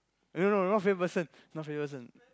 no no no not favourite person not favourite person